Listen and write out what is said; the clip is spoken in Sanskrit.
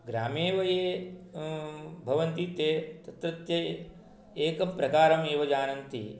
ग्रामे वयं भवन्ति ते तत्रत्ये एकं प्रकारम् एव जानन्ति